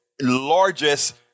largest